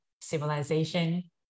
civilization